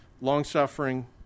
long-suffering